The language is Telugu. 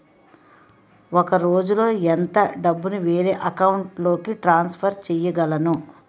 ఒక రోజులో ఎంత డబ్బుని వేరే అకౌంట్ లోకి ట్రాన్సఫర్ చేయగలను?